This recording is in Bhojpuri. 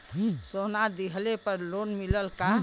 सोना दहिले पर लोन मिलल का?